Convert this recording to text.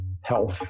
health